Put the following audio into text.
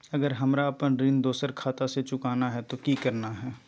अगर हमरा अपन ऋण दोसर खाता से चुकाना है तो कि करना है?